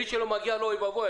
מי שלא מגיע לו אוי ואבוי,